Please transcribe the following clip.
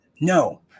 no